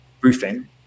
roofing